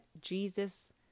Jesus